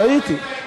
טעיתי.